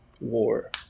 War